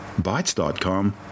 Bytes.com